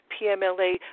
PMLA